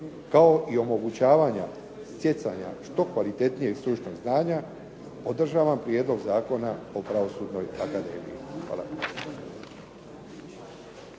kao i omogućavanja stjecanja što kvalitetnijeg stručnog znanja podržavam Prijedlog zakona o Pravosudnoj akademiji. Hvala.